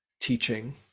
teaching